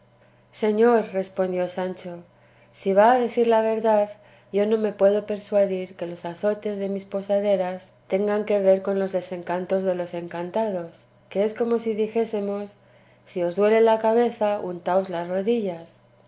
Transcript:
señor respondió sancho si va a decir la verdad yo no me puedo persuadir que los azotes de mis posaderas tengan que ver con los desencantos de los encantados que es como si dijésemos si os duele la cabeza untaos las rodillas